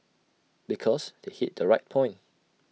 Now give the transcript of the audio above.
because they hit the right point